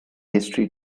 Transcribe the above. history